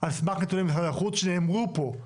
על סמך נתונים ממשרד החוץ שנאמרו פה,